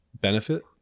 benefit